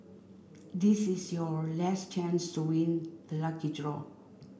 this is your last chance to win the lucky draw